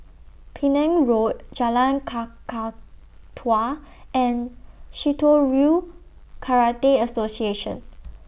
Penang Road Jalan Kakatua and Shitoryu Karate Association